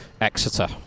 Exeter